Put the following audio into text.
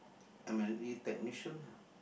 M_N_E technician